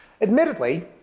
Admittedly